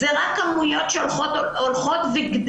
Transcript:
זה רק כמויות שהולכות וגדלות.